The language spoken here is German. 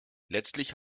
letztlich